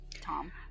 Tom